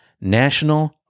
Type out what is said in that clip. National